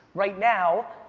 right now,